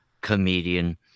comedian